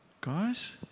guys